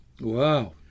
Wow